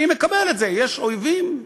אני מקבל את זה שיש אויבים,